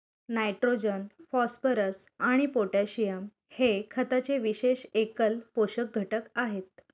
nitrogen, phosphorus आणि potassium हे खताचे विशेष एकल पोषक घटक आहेत